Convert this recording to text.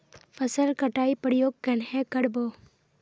फसल कटाई प्रयोग कन्हे कर बो?